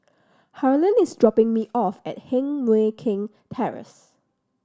Harland is dropping me off at Heng Mui Keng Terrace